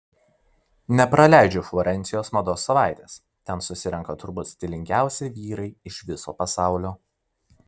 nepraleidžiu florencijos mados savaitės ten susirenka turbūt stilingiausi vyrai iš viso pasaulio